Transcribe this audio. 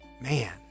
man